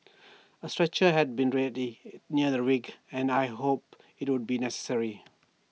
A stretcher had been readied near the and I hoped IT would be necessary